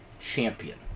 Champion